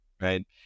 Right